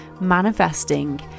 manifesting